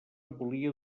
volia